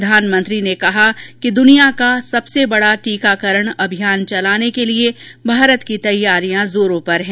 प्रधानमंत्री ने कहा कि दुनिया का सबसे बड़ा टीकाकरण अभियान चलाने के लिए भारत की तैयारियां जोरों पर हैं